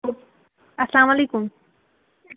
اَسلامُ علیکُم